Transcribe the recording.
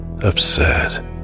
Absurd